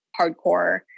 hardcore